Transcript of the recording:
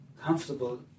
comfortable